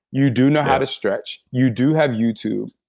you do know how to stretch. you do have youtube.